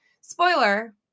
Spoiler